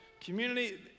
Community